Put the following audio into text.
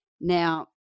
Now